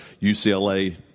UCLA